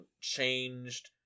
changed